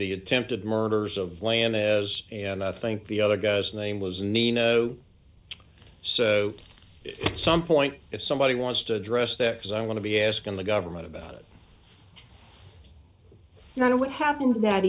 the attempted murders of land as and i think the other guy's name was nino so some point if somebody wants to address that because i want to be asking the government about it not what happened that